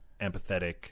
empathetic